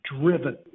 driven